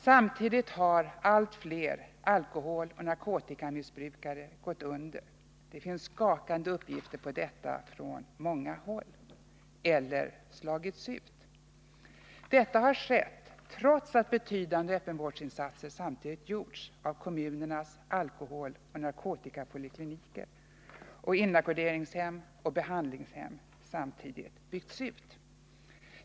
Samtidigt har allt fler alkoholoch narkotikamissbrukare gått under — det finns skakande uppgifter på detta från många håll — eller slagits ut. Detta har skett trots att betydande öppenvårdsinsatser samtidigt gjorts av kommunernas alkoholoch narkotikapolikliniker, och inackorderingshem och behandlingshem samtidigt byggts ut.